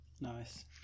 Nice